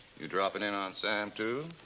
you dropping in on sam, too?